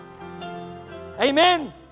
Amen